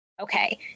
okay